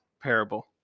parable